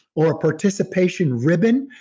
or a participation ribbon,